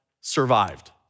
survived